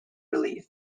relief